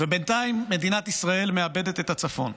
ובינתיים מדינת ישראל מאבדת את הצפון.